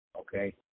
okay